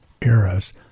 eras